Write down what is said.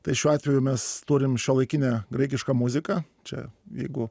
tai šiuo atveju mes turim šiuolaikinę graikišką muziką čia jeigu